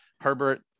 Herbert